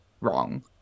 wrong